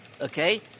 Okay